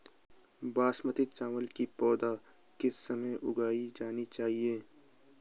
बासमती चावल की पौध किस समय उगाई जानी चाहिये?